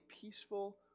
peaceful